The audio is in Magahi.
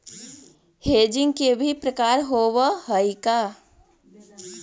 हेजींग के भी प्रकार होवअ हई का?